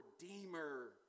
redeemer